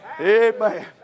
Amen